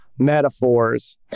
metaphors